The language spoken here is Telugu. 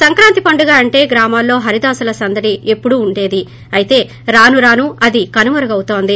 సంక్రాంతి పండుగ అంటే గ్రామాల్లో హరిదాసుల సందడి ఎపుడూ ఉండేది అయితే రాను రాను అది కనుమరుగు అవుతోంది